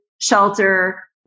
shelter